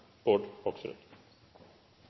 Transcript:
ord